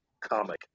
comic